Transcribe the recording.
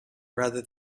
rather